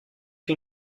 you